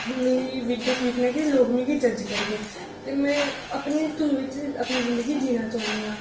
मेरी biggest weakness की लोग मिगी जज करगे ते में अपने धुन बिच्च अपनी जिंदगी जीना चाह्न्नीं आं